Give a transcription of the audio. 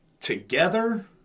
together